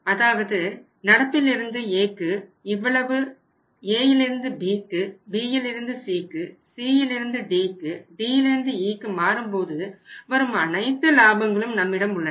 அதாவது நடப்பில் இருந்து Aக்கு இவ்வளவு Aயிலிருந்து Bக்கு Bயிலிருந்து Cக்கு Cயிலிருந்து Dக்கு Dயிலிருந்து Eக்கு மாறும்போது வரும் அனைத்து லாபங்களும் நம்மிடம் உள்ளன